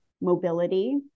mobility